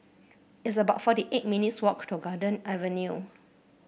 it's about forty eight minutes' walk to Garden Avenue